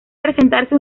presentarse